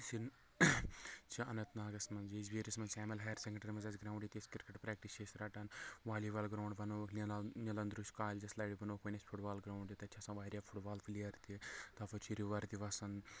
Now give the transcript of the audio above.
یُس یہِ چھِ اَننت ناگَس منٛز یجبیٲرِس منٛز ایمل ہایر سیکنڈری منٛز اسہِ گراؤنٛڈ ییٚتہِ أسۍ کِرکَٹ پریٚکٹِس چھِ أسۍ رَٹان والی بال گراؤنٛڈ بَنووُکھ نیلاند نیلند ریش کَلیجس لَرِ بَنووُکھ اَسہِ وَنۍ اَسہِ فٹ بال گراؤنٛڑ تَتہِ چھِ آسان واریاہ فٹ بال پٕلیر تہِ تَپٲر چھِ رِور تہِ وَسان